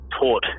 taught